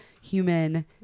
human